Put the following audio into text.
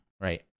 right